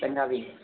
केह् करना भी